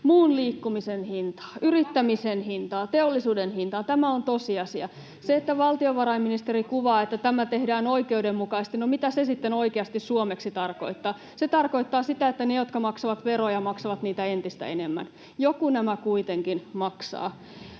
muun liikkumisen hintaa, yrittämisen hintaa, teollisuuden hintaa. Tämä on tosiasia. Se, että valtiovarainministeri kuvaa, että tämä tehdään oikeudenmukaisesti — no, mitä se sitten oikeasti suomeksi tarkoittaa? Se tarkoittaa sitä, että ne, jotka maksavat veroja, maksavat niitä entistä enemmän. Joku nämä kuitenkin maksaa.